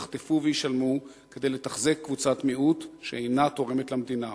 יחטפו וישלמו כדי לתחזק קבוצת מיעוט שאינה תורמת למדינה?